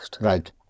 Right